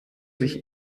sich